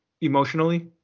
emotionally